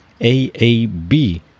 AAB